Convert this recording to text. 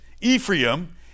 Ephraim